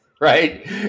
Right